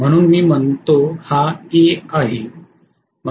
म्हणून मी म्हणतो हा A आहे